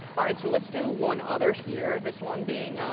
all right. so let's do one other here, this one being